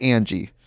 Angie